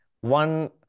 One